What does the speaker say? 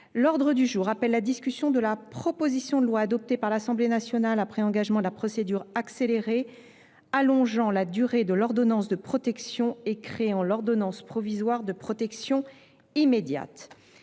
L’ordre du jour appelle la discussion de la proposition de loi, adoptée par l’Assemblée nationale après engagement de la procédure accélérée, allongeant la durée de l’ordonnance de protection et créant l’ordonnance provisoire de protection immédiate